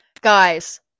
Guys